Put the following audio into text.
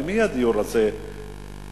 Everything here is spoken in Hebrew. למי הדיור הזה בר-השגה?